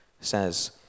says